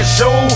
show